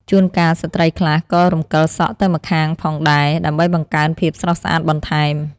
ជួនកាលស្ត្រីខ្លះក៏រំកិលសក់ទៅម្ខាងផងដែរ ដើម្បីបង្កើនភាពស្រស់ស្អាតបន្ថែម។